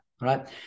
right